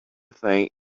thing